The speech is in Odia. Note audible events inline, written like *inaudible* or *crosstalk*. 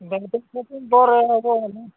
*unintelligible*